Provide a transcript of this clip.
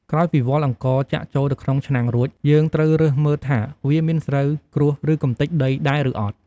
ក្រោយពីវាល់អង្ករចាក់ចូលទៅក្នុងឆ្នាំងរួច យើងត្រូវរើសមើលថា វាមានស្រូវ ក្រួស ឬ កម្ទេចដីដែរឬអត់។